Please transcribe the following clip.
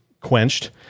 quenched